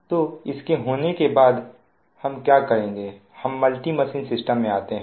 तो इसके होने के बाद हम क्या करेंगे हम मल्टी मशीन सिस्टम में आते हैं